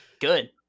Good